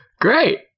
Great